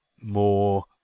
more